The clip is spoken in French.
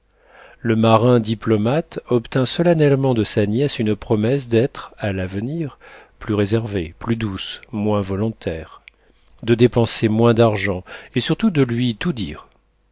le marin diplomate obtint solennellement de sa nièce une promesse d'être à l'avenir plus réservée plus douce moins volontaire de dépenser moins d'argent et surtout de lui tout dire